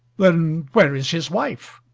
then where is his wife?